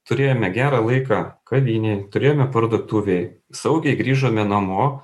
turėjome gerą laiką kavinėj turėjome parduotuvėj saugiai grįžome namo